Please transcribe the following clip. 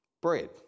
bread